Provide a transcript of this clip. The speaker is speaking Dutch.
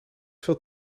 veel